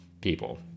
people